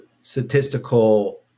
statistical